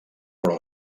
però